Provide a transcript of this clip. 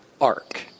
arc